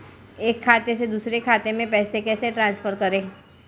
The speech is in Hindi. एक खाते से दूसरे खाते में पैसे कैसे ट्रांसफर करें?